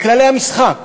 על כללי המשחק.